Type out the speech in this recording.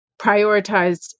prioritized